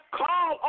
call